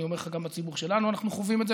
אני אומר לך: גם בציבור שלנו אנחנו חווים את זה,